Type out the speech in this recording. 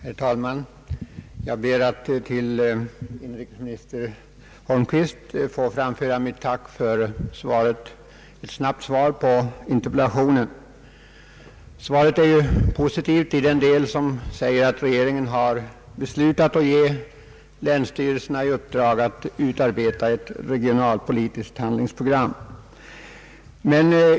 Herr talman! Jag ber att till inrikesminister Holmqvist få framföra mitt tack för ett snabbt svar på interpellationen. Svaret är positivt i den del där det sägs att regeringen beslutat ge länsstyrelserna i uppdrag att utarbeta ett regionalpolitiskt handlingsprogram.